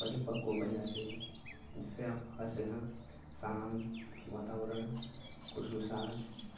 परिपक्व बन जाते हैं जिससे आप हर जगह शान्त वातावरण ख़ुशमिज़ाज